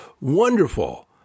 wonderful